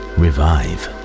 revive